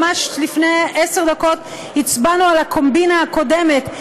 ממש לפני עשר דקות הצבענו על הקומבינה הקודמת,